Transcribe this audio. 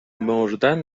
مردن